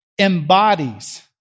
embodies